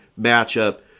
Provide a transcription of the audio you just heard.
matchup